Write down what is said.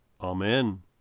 Amen